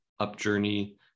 UpJourney